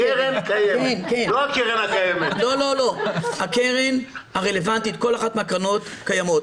כל אחת מהקרנות קיימות.